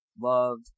loved